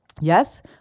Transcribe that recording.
Yes